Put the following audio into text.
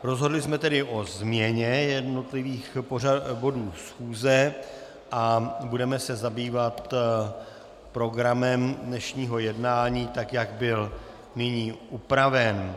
Rozhodli jsme tedy o změně jednotlivých bodů schůze a budeme se zabývat programem dnešního jednání, tak jak byl nyní upraven.